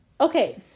Okay